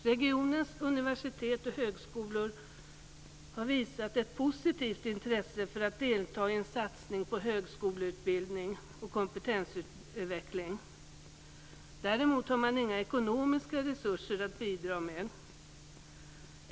Regionens universitet och högskolor har visat ett positivt intresse för att delta i en satsning på högskoleutbildning och kompetensutveckling. Däremot har man inga ekonomiska resurser att bidra med.